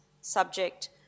subject